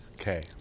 Okay